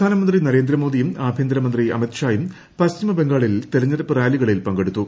പ്രധാനമന്ത്രി നരേന്ദ്രമോദിയും ആഭ്യന്തരമന്ത്രി അമിത്ഷായും പശ്ചിമബംഗാളിൽ തെരഞ്ഞെടുപ്പ് റാലികളിൽ പങ്കെടുത്തു